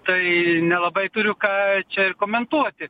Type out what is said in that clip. tai nelabai turiu ką čia ir komentuoti